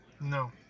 No